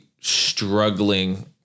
struggling